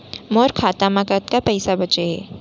मोर खाता मा कतका पइसा बांचे हे?